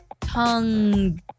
Tongue